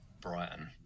Brighton